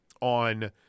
on